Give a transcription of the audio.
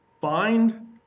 find